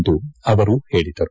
ಎಂದು ಅವರು ಹೇಳಿದರು